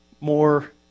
More